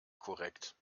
korrekt